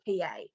PA